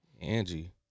Angie